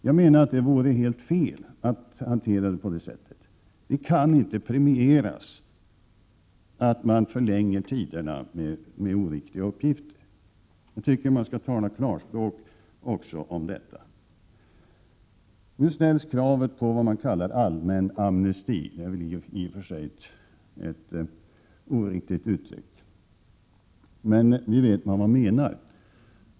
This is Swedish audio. Jag menar att det vore helt fel med en sådan hantering. Det kan inte premieras att man förlänger handläggningstiderna genom att lämna oriktiga uppgifter. Jag tycker att man skall tala klarspråk också om detta. Nu ställs krav på vad man kallar allmän amnesti. Detta är i och för sig ett oriktigt uttryck, men vi vet vad som menas.